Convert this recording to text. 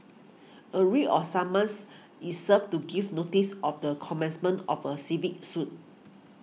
a writ of summons is served to give notice of the commencement of a civil suit